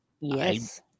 yes